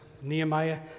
Nehemiah